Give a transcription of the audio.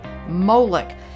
Moloch